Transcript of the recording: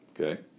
Okay